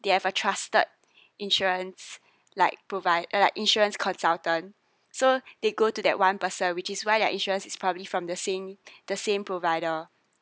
they have a trusted insurance like provide uh like insurance consultant so they go to that one person which is why their insurance is probably from the same the same provider